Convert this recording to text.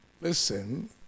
Listen